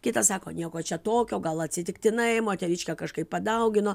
kitas sako nieko čia tokio gal atsitiktinai moteriškė kažkaip padaugino